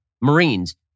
Marines